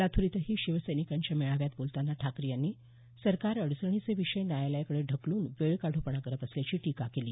लातूर इथंही शिवसैनिकांच्या मेळाव्यात बोलतांना ठाकरे यांनी सरकार अडचणीचे विषय न्यायालयाकडे ढकलून वेळ काढूपणा करत असल्याची टीका केली